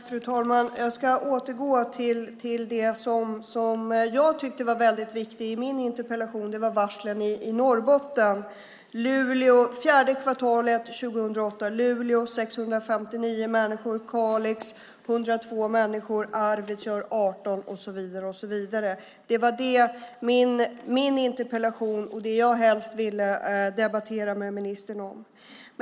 Fru talman! Jag ska återgå till det som jag tycker är väldigt viktigt i min interpellation, nämligen varslen i Norrbotten. Fjärde kvartalet 2008: Luleå 659 varslade, Kalix 102 varslade, Arvidsjaur 18 varslade och så vidare. Det var det min interpellation handlade om och det som jag helst ville debattera med ministern.